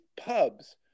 pubs